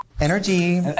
Energy